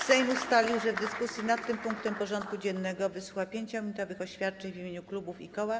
Sejm ustalił, że w dyskusji nad tym punktem porządku dziennego wysłucha 5-minutowych oświadczeń w imieniu klubów i koła.